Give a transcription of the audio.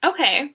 Okay